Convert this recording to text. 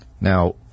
now